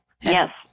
yes